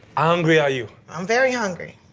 ah hungry are you? i'm very hungry.